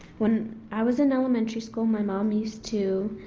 when i was in elementary school my mom used to